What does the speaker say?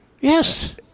Yes